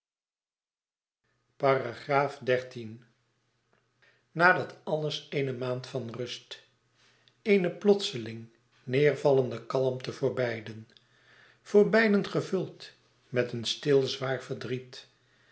xiii na dat alles eene maand van rust eene plotseling neêrgevallen kalmte voor beiden voor beiden gevuld met een stil zwaar verdriet